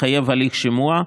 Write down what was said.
מחייב הליך שימוע.